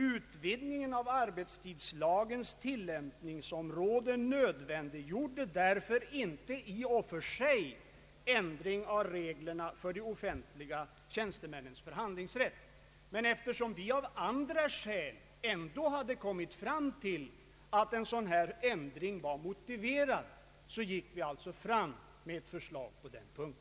Utvidgningen av arbetstidslagens tilllämpningsområden nödvändiggjorde därför inte i och för sig ändring av reglerna om de offentliga tjänstemännens förhandlingsrätt. Men eftersom vi av andra skäl ändå kommit fram till att en sådan här ändring är motiverad, har vi alltså framlagt ett förslag på denna punkt.